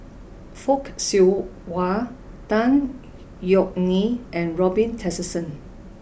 Fock Siew Wah Tan Yeok Nee and Robin Tessensohn